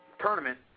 tournament